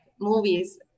movies